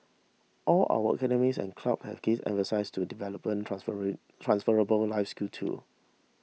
all our academies and clubs have gives emphases to developing transferring transferable life skills too